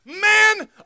man